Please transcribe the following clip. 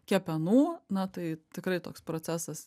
kepenų na tai tikrai toks procesas